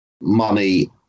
money